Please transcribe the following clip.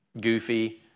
goofy